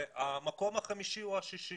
והמקום החמישי או השישי